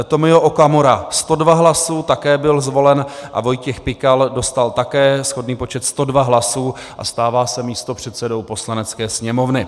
Tomio Okamura 102 hlasů, také byl zvolen, a Vojtěch Pikal dostal také shodný počet 102 hlasů a stává se místopředsedou Poslanecké sněmovny.